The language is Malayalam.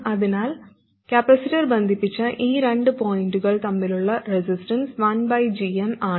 അതിനാൽ കപ്പാസിറ്റർ ബന്ധിപ്പിച്ച ഈ രണ്ട് പോയിന്റുകൾ തമ്മിലുള്ള റെസിസ്റ്റൻസ് 1 gm ആണ്